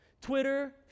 Twitter